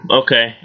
okay